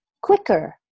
quicker